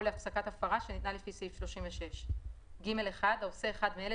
להפסקת הפרה שניתנה לפי סעיף 36. (ג1) העושה אחד מאלה,